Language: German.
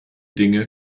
dinge